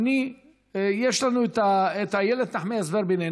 יש לנו את איילת נחמיאס ורבין,